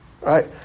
right